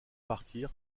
partir